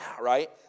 right